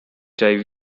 hiv